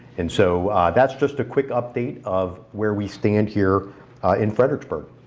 and so that's just a quick update of where we stand here in fredericksburg.